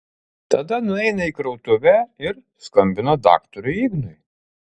tada nueina į krautuvę ir skambina daktarui ignui